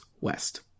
west